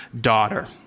daughter